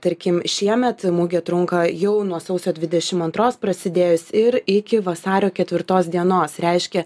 tarkim šiemet mugė trunka jau nuo sausio dvidešim antros prasidėjus ir iki vasario ketvirtos dienos reiškia